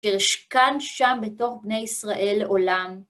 וישכן שם בתוך בני ישראל לעולם.